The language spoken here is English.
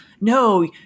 no